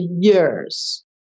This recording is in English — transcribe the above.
years